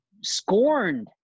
scorned